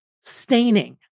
staining